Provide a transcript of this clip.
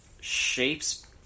shapes